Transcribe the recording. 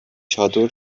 چادر